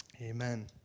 Amen